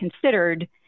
considered